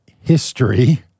history